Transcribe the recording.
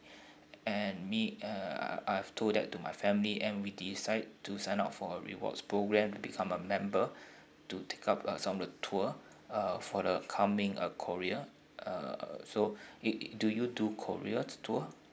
and me uh I I've told that to my family and we decide to sign up for a rewards program become a member to take up uh some of the tour uh for the coming uh korea uh so it do you do korea to~ tour